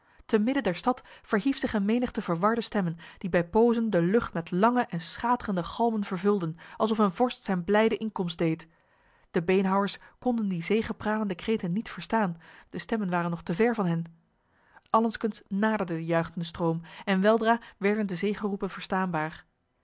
te midden der stad verhief zich een menigte verwarde stemmen die bij pozen de lucht met lange en schaterende galmen vervulden alsof een vorst zijn blijde inkomst deed de beenhouwers konden die zegepralende kreten niet verstaan de stemmen waren nog te ver van hen allengskens naderde de juichende stroom en weldra werden de zegeroepen verstaanbaar